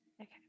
Okay